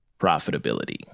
profitability